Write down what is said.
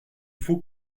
faut